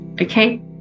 okay